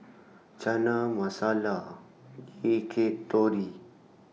Chana Masala Akitori